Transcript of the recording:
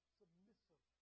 submissive